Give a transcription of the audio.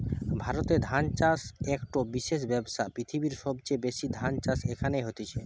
ভারতে ধান চাষ একটো বিশেষ ব্যবসা, পৃথিবীর সবচেয়ে বেশি ধান চাষ এখানে হতিছে